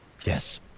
Yes